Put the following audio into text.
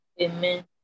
Amen